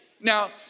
Now